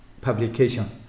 publication